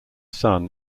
son